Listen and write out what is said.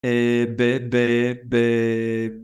אהההההה ב... ב... ב...